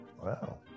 Wow